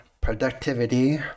productivity